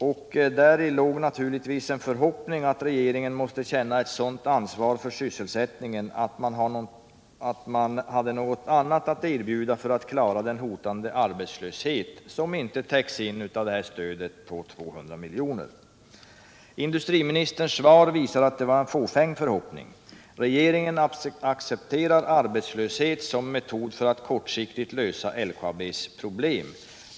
Det fanns naturligtvis en förhoppning om att regeringen skulle känna ett sådant ansvar för sysselsättningen att den hade något annat att erbjuda för att motarbeta den hotande arbetslöshet som inte täcks in av stödet på 200 milj.kr. Industriministerns svar visar emellertid att det var en fåfäng förhoppning. Regeringen accepterar arbetslöshet som en metod att kortsiktigt lösa LKAB:s problem.